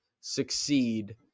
succeed